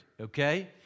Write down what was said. okay